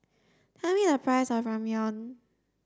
tell me the price of Ramyeon